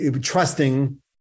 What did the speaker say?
trusting